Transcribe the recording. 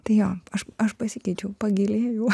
tai jo aš aš pasikeičiau pagilėjau